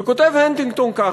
וכותב הנטינגטון כך,